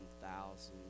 thousands